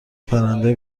پرنده